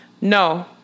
No